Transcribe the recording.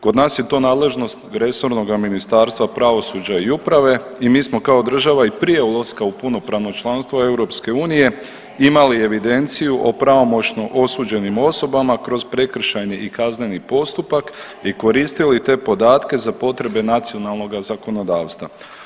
Kod nas je to nadležnost resornoga Ministarstva pravosuđa i uprave i mi smo kao država i prije ulaska u punopravno članstvo EU imali evidenciju o pravomoćno osuđenim osobama kroz prekršajne i kazneni postupak i koristili te podatke za potrebe nacionalnoga zakonodavstva.